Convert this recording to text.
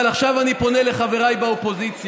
אבל עכשיו אני פונה לחבריי באופוזיציה: